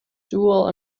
dual